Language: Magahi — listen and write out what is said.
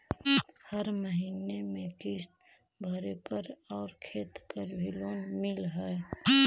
हर महीने में किस्त भरेपरहै आउ खेत पर भी लोन मिल है?